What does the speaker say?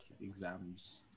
exams